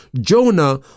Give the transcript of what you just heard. Jonah